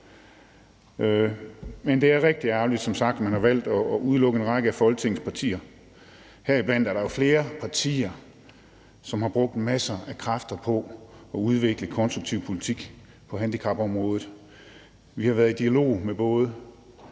Men det er som sagt rigtig ærgerligt, at man har valgt at udelukke en række af Folketingets partier. Heriblandt er der jo flere partier, som har brugt masser af kræfter på at udvikle konstruktiv politik på handicapområdet. Vi har været i dialog med både